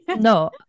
No